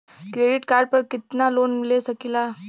Credit card पर कितनालोन ले सकीला?